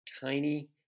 tiny